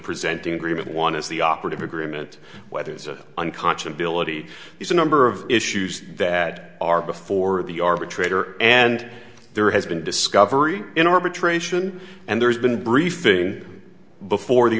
presenting agreement one is the operative agreement whether is it unconscious billeted is a number of issues that are before the arbitrator and there has been discovery in arbitration and there's been briefing before the